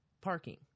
Parking